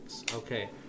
Okay